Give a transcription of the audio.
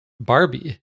Barbie